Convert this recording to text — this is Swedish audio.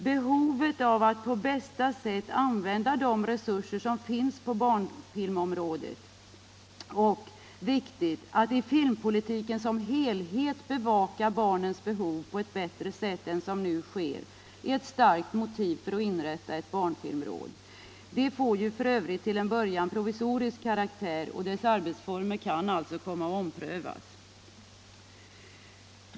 Nödvändigheten av att på bästa sätt använda de resurser som finns på barnfilmområdet och att i filmpolitiken som helhet bevaka barnens behov på ett bättre sätt än som nu sker är ett starkt motiv för att inrätta ett barnfilmråd. Detta får f. ö. till en början provisorisk karaktär, och dess arbetsformer kan alltså komma att omprövas.